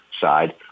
side